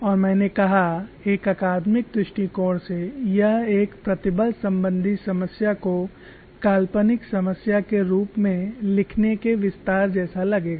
और मैंने कहा एक अकादमिक दृष्टिकोण से यह एक प्रतिबल संबंधी समस्या को काल्पनिक समस्या के रूप में लिखने के विस्तार जैसा लगेगा